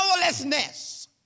powerlessness